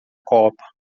copa